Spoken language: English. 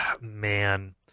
man